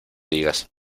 digas